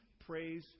praise